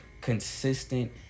consistent